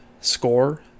score